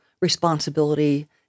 responsibility